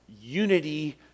unity